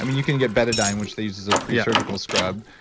um you can get betadine, which they use as a presurgical scrub,